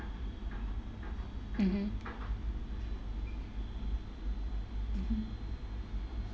mmhmm mmhmm